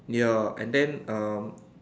ya and then um